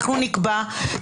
אנחנו נקבע,